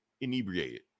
inebriated